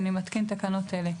אני מתקין תקנות אלה: